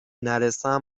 نرسم